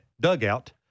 dugout